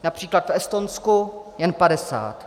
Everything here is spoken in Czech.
Například v Estonsku jen 50.